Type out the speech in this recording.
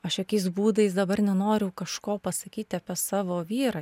aš jokiais būdais dabar nenoriu kažko pasakyti apie savo vyrą